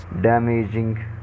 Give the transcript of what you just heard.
damaging